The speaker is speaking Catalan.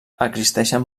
existeixen